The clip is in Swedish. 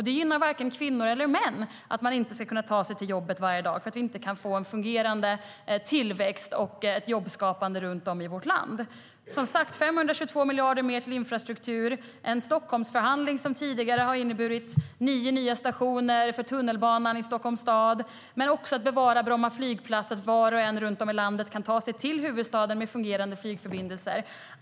Det gynnar varken kvinnor eller män att de inte kan ta sig till jobbet varje dag och att vi inte kan få en fungerande tillväxt och ett jobbskapande runt om i vårt land. Det är som sagt 522 miljarder till infrastruktur och en Stockholmsförhandling som tidigare har inneburit nio nya stationer för tunnelbanan i Stockholms stad. Men det handlar också om att bevara Bromma flygplats, så att var och en runt om i landet kan ta sig till huvudstaden med fungerande flygförbindelser.